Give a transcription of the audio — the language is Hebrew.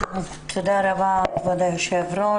תודה רבה, כבוד היושב-ראש.